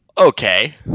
okay